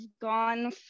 gone